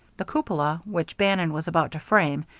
the cupola, which bannon was about to frame,